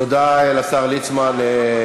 תודה לשר ליצמן.